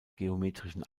geometrischen